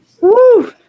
Woo